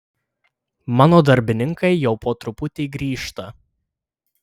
mano darbininkai jau po truputį grįžta